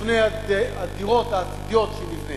לשוכני הדירות העתידיות שנבנה,